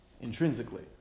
intrinsically